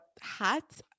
hat